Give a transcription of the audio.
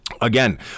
Again